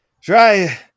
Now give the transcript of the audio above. try